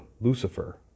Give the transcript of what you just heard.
Lucifer